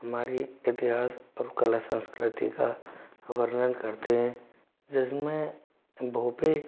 हमारी इतिहास और कला संस्कृति का वर्णन करते हैं जिसमें भोेपे